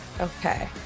Okay